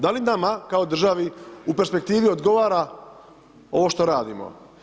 Da li nama kao državi u perspektivi odgovara ovo što radimo?